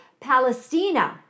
Palestina